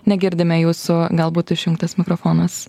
negirdime jūsų galbūt išjungtas mikrofonas